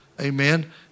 amen